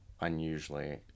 unusually